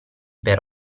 per